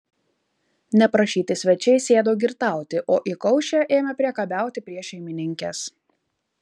neprašyti svečiai sėdo girtauti o įkaušę ėmė priekabiauti prie šeimininkės